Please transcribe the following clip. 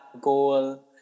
goal